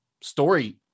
story